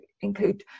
include